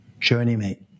journeymate